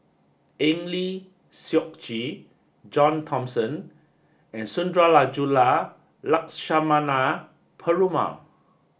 Eng Lee Seok Chee John Thomson and Sundarajulu Lakshmana Perumal